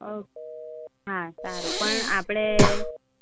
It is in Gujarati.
ઓકે હા સારું પણ આપણે